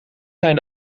zijn